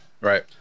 Right